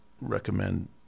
recommend